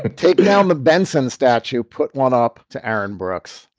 ah take down the benson statue put one up to aaron brooks.